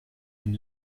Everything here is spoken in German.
den